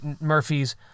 Murphy's